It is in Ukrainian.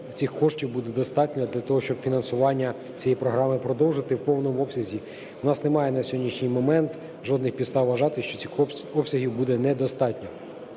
цих коштів буде достатньо для того, щоб фінансування цієї програми продовжити в повному обсязі. У нас немає на сьогоднішній момент жодних підстав вважати, що цих обсягів буде недостатньо.